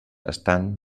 estan